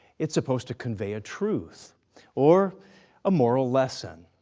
it's supposed to convey a truth or a moral lesson,